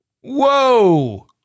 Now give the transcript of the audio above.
Whoa